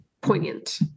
poignant